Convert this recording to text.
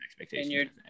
expectations